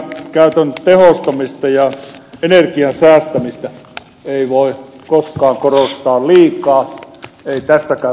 energiankäytön tehostamista ja energian säästämistä ei voi koskaan korostaa liikaa ei tässäkään tapauksessa